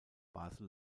basel